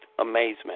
amazement